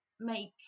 make